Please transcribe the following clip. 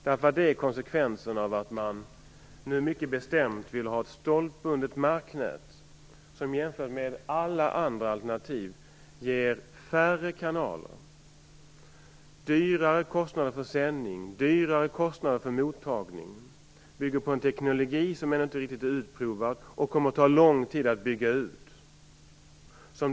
Det är konsekvensen av att man nu mycket bestämt vill ha ett stolpbundet marknät som jämfört med alla andra alternativ ger färre kanaler, högre kostnader för sändning, högre kostnader för mottagning, bygger på en teknik som ännu inte riktigt är utprovad och kommer att ta lång tid att bygga ut.